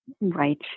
Right